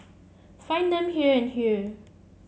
find them here and here